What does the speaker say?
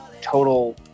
total